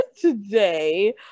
today